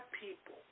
people